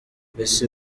mbese